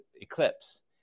eclipse